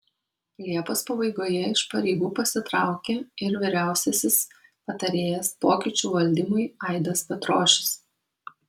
liepos pabaigoje iš pareigų pasitraukė ir vyriausiasis patarėjas pokyčių valdymui aidas petrošius